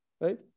right